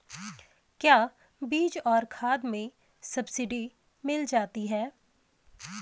क्या बीज और खाद में सब्सिडी मिल जाती है?